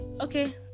okay